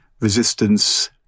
resistance